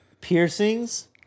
piercings